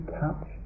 touch